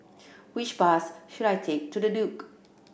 which bus should I take to The Duke